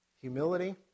humility